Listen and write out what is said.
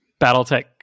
battletech